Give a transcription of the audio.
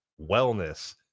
wellness